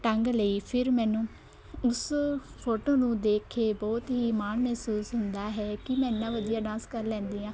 ਟੰਗ ਲਈ ਫਿਰ ਮੈਨੂੰ ਉਸ ਫੋਟੋ ਨੂੰ ਦੇਖ ਕੇ ਬਹੁਤ ਹੀ ਮਾਣ ਮਹਿਸੂਸ ਹੁੰਦਾ ਹੈ ਕਿ ਮੈਂ ਇੰਨਾਂ ਵਧੀਆ ਡਾਂਸ ਕਰ ਲੈਂਦੀ ਹਾਂ